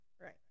Right